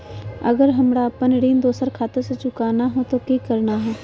अगर हमरा अपन ऋण दोसर खाता से चुकाना है तो कि करना है?